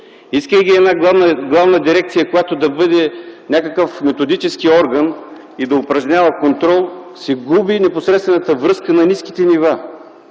Искайки една главна дирекция да бъде някакъв методически орган и да упражнява контрол се губи непосредствената връзка на ниските нива.